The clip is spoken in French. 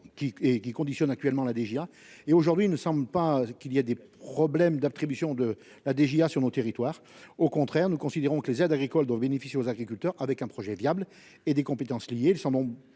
qui conditionne actuellement la DGA et aujourd'hui il ne semble pas qu'il y a des problèmes d'attribution de la DGA sur nos territoires. Au contraire, nous considérons que les aides agricoles doivent bénéficier aux agriculteurs avec un projet viable et des compétences liées,